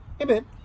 Amen